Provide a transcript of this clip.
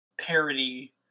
parody